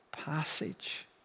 passage